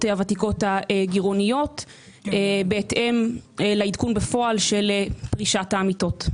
הוותיקות הגירעוניות בהתאם לעדכון בפועל של פרישת העמיתות.